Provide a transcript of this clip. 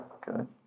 good